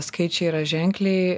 skaičiai yra ženkliai